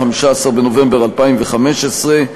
15 בנובמבר 2015,